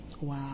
Wow